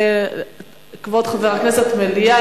מליאה.